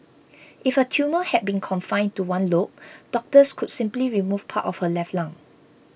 if her tumour had been confined to one lobe doctors could simply remove part of her left lung